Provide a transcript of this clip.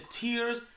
tears